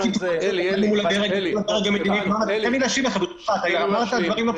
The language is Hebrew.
------ תן לי להשיב, אתה אמרת דברים לא